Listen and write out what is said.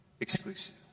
exclusive